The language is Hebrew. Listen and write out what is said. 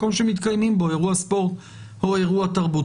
מקום שמתקיימים בו אירוע ספורט או אירוע תרבות.